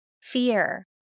fear